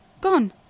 gone